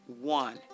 one